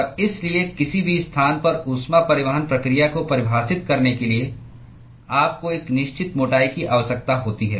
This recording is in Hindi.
और इसलिए किसी भी स्थान पर ऊष्मा परिवहन प्रक्रिया को परिभाषित करने के लिए आपको एक निश्चित मोटाई की आवश्यकता होती है